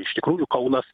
iš tikrųjų kaunas